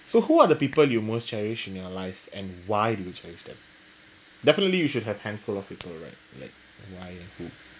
so who are the people you most cherished in your life and why do you cherish them definitely you should have handful of people right like why and who